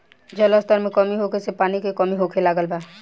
जल स्तर में कमी होखे से पानी के कमी होखे लागल बा